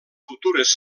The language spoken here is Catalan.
futures